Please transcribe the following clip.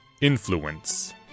Influence